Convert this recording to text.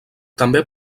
també